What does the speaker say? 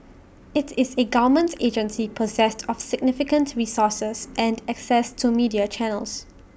IT is A government agency possessed of significant resources and access to media channels